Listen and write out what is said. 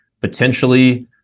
Potentially